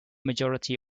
majority